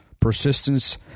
persistence